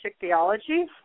Theology